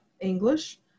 English